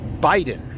Biden